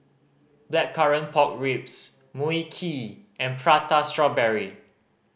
Blackcurrant Pork Ribs Mui Kee and Prata Strawberry